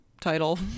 title